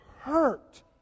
hurt